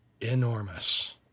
enormous